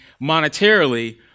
monetarily